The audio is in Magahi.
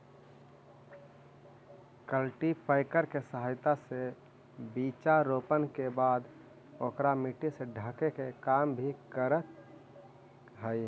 कल्टीपैकर के सहायता से बीचा रोपे के बाद ओकरा मट्टी से ढके के काम भी करऽ हई